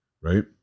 Right